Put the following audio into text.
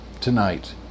tonight